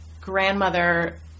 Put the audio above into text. grandmother